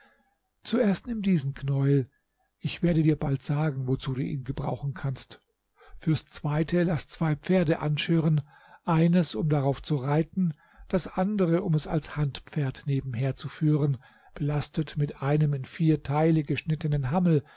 zuerst nimm diesen knäuel ich werde dir bald sagen wozu du ihn gebrauchen kannst fürs zweite laß zwei pferde anschirren eines um darauf zu reiten das andere um es als handpferd nebenher zu führen belastet mit einem in vier teile geschnittenen hammel